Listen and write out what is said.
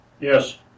Yes